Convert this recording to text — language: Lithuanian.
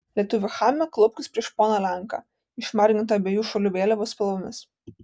lietuvi chame klaupkis prieš poną lenką išmargintą abiejų šalių vėliavų spalvomis